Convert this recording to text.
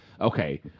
okay